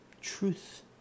Truth